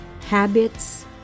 habits